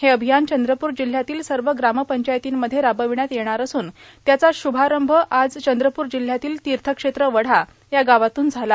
हे अभियान चंद्रपूर जिल्ह्यातील सर्व ग्रामपंचायतींमध्ये राबविण्यात येणार असून त्याचा शुभारंभ आज चंद्रपूर जिल्ह्यातील तीर्थक्षेत्र वढा या गावातून झाला